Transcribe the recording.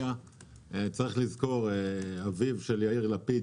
צריך לזכור שאביו של יאיר לפיד,